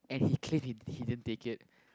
and he claim he he didn't take it